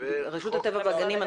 רשות הטבע והגנים,